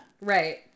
Right